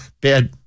bad